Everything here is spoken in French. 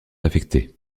affectées